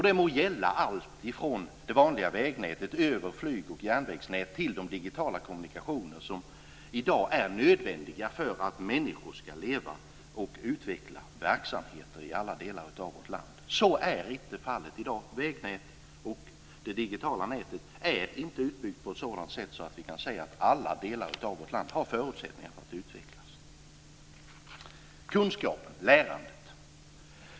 Det må gälla allt från det vanliga vägnätet över flyg och järnvägsnät till de digitala kommunikationer som i dag är nödvändiga för att människor ska leva och utveckla verksamheter i alla delar av vårt land. Så är inte fallet i dag. Vägnätet och det digitala nätet är inte utbyggt på ett sådant sätt att vi kan säga att alla delar av vårt land har förutsättningar för att utvecklas. Det andra är kunskapen och lärandet.